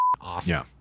awesome